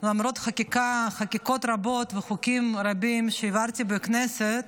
למרות חקיקות רבות וחוקים רבים שהעברתי בכנסת,